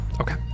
Okay